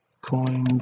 coin